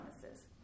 promises